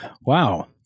Wow